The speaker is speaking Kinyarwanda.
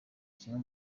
kimwe